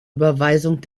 überweisung